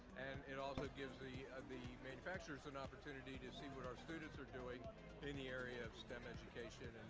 and it also gives the the manufacturers an opportunity to see what our students are doing in the area of stem education